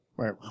Right